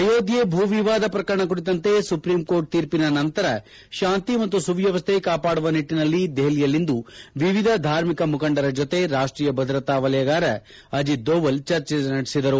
ಆಯೋಧ್ತಾ ಭೂ ವಿವಾದ ಪ್ಲಕರಣ ಕುರಿತಂತೆ ಸುಪ್ಲೀಂಕೋರ್ಟ್ ತೀರ್ಪಿನ ನಂತರ ಶಾಂತಿ ಮತ್ತು ಸುವ್ನವಸ್ತೆ ಕಾಪಾಡುವ ನಿಟನಲ್ಲಿ ದೆಪಲಿಯಲ್ಲಿಂದು ವಿವಿಧ ಧಾರ್ಮಿಕ ಮುಖಂಡರ ಜೊತೆ ರಾಷ್ಷೀಯ ಭದ್ರತಾ ವಲಯಗಾರ ಅಜಿತ್ ದೋವಲ್ ಚರ್ಚಿಸಿದರು